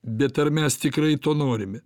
bet ar mes tikrai to norime